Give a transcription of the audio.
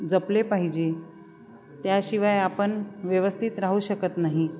जपले पाहिजे त्याशिवाय आपण व्यवस्थित राहू शकत नाही